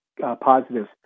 positive